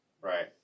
right